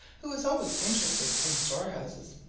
who is always interested in storehouses.